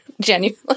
genuinely